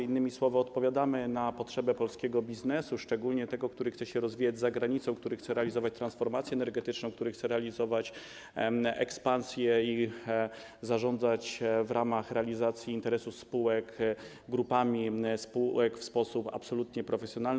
Innymi słowy, odpowiadamy na potrzeby polskiego biznesu, szczególnie tego, który chce się rozwijać za granicą, który chce realizować transformację energetyczną, który chce realizować ekspansję i zarządzać w ramach realizacji interesu spółek grupami spółek w sposób absolutnie profesjonalny.